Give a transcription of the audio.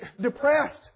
depressed